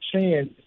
chance